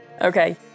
Okay